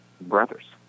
brothers